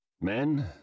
Men